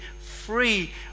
free